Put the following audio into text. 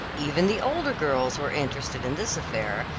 even the older girls were interested in this affair,